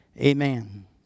Amen